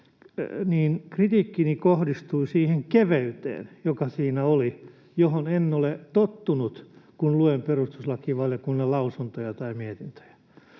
niin kritiikkini kohdistui siihen keveyteen, joka siinä oli, johon en ole tottunut, kun luen perustuslakivaliokunnan lausuntoja tai mietintöjä.